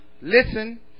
listen